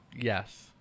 Yes